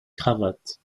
cravate